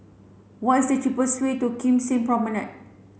what is the cheapest way to Kim Seng Promenade